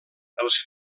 els